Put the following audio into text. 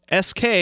sk